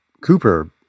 Cooper